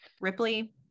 ripley